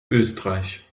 österreich